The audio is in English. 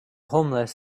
homeless